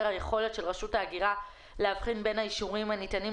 היכולת של רשות ההגירה להבחין בין האישורים הניתנים